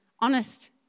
Honest